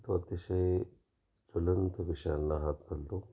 तो अतिशय ज्वलंत विषयांना हात घालतो